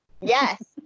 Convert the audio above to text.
yes